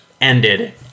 ended